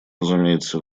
разумеется